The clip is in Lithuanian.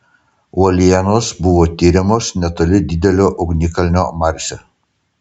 uolienos buvo tiriamos netoli didelio ugnikalnio marse